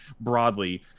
broadly